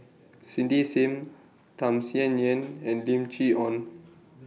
Cindy SIM Tham Sien Yen and Lim Chee Onn